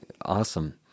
awesome